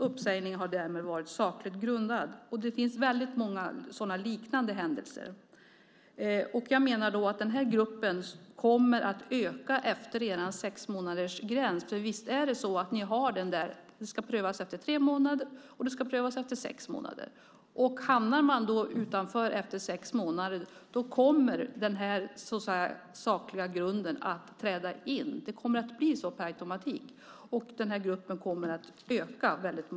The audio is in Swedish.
Uppsägningen har därmed varit sakligt grundad. Det finns många liknande händelser. Jag menar att den här gruppen kommer att öka redan efter en sexmånadersgräns, för visst är det så att ni föreslår att det ska ske en prövning efter tre månader och efter sex månader? Hamnar man utanför efter sex månader kommer den sakliga grunden att träda in. Det kommer att bli så per automatik. Denna grupp kommer att öka mycket.